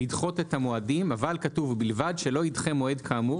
לדחות את המועדים אך כתוב: בלבד שלא ידחה מועד כאמור